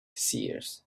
seers